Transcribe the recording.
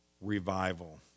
revival